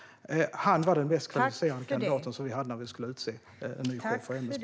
Han var den mest kvalificerade kandidat vi hade när vi skulle utse en ny chef för MSB.